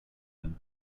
than